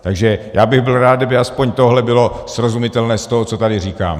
Takže já bych byl rád, kdyby aspoň tohle bylo srozumitelné z toho, co tady říkám.